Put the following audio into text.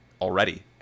Already